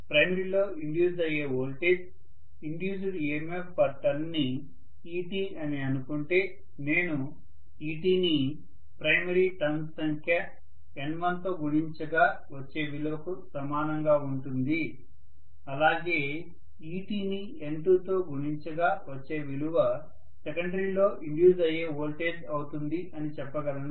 ప్రైమరీలో induce అయ్యే voltage induced EMF per turn ని ET అని అనుకుంటే నేను ET ని ప్రైమరీ టర్న్స్ సంఖ్య N1తో గుణించగా వచ్చే విలువకు సమానంగా ఉంటుంది అలాగే ET ని N2తో గుణించగా వచ్చే విలువ సెకండరీ లో ఇండ్యూస్ అయ్యే వోల్టేజ్ అవుతుంది అని చెప్పగలను